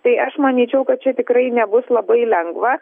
tai aš manyčiau kad čia tikrai nebus labai lengva